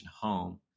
home